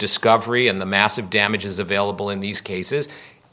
discovery in the massive damages available in these cases